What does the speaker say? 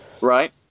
Right